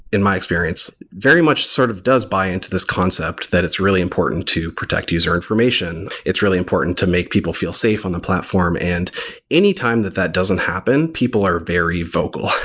in my experience, very much sort of does buy into this concept that it's really important to protect user information. it's really important to make people feel safe on the platform. and any time that that doesn't happen, people are very vocal.